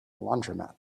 laundromat